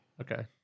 Okay